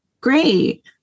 great